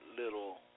little